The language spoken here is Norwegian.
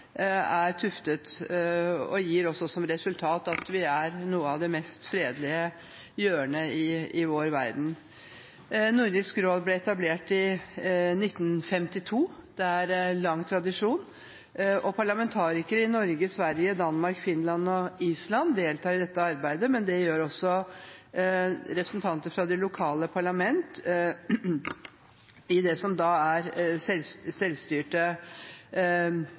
er tuftet på og også gir som resultat –er noe av det mest fredelige hjørnet i verden. Nordisk råd ble etablert i 1952. Det har lang tradisjon. Parlamentarikere i Norge, Sverige, Danmark, Finland og Island deltar i dette arbeidet, men det gjør også representanter fra det lokale parlamentet i det som er selvstyrte